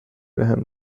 بهم